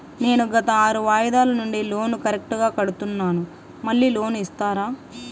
నేను గత ఆరు వాయిదాల నుండి లోను కరెక్టుగా కడ్తున్నాను, మళ్ళీ లోను ఇస్తారా?